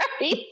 Right